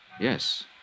Yes